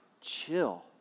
chill